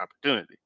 opportunity